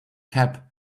cap